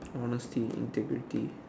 honestly integrity